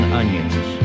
onions